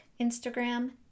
Instagram